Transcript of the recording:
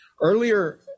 Earlier